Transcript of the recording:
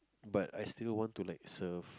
but I still want to like serve